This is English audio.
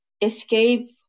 escape